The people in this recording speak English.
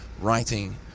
writing